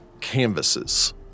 canvases